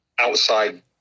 outside